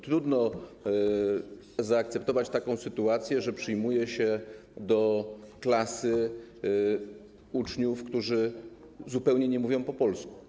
Trudno zaakceptować taką sytuację, że przyjmuje się do klasy uczniów, którzy zupełnie nie mówią po polsku.